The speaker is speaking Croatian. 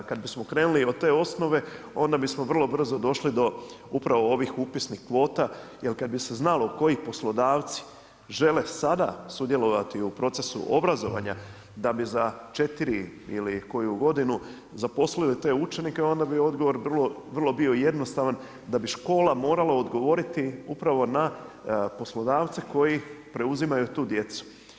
Kad bismo krenuli od te osnove onda bismo vrlo brzo došli do upravo ovih upisnih kvota, jer kad bi se znalo koji poslodavci žele sada sudjelovati u procesu obrazovanja da bi za 4 ili koju godinu zaposlili te učenike, onda bi odgovor vrlo bio jednostavan, da bi škola morala odgovoriti upravo na poslodavce koji preuzimaju tu djecu.